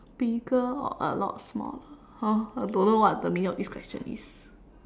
bigger or a lot smaller !huh! I don't know what the meaning of this question is